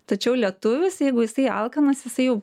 tačiau lietuvis jeigu jisai alkanas jisai jau